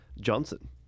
Johnson